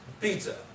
Pizza